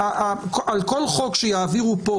על כל חוק שיעבירו פה